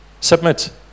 submit